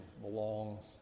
belongs